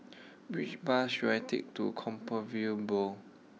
which bus should I take to Compassvale Bow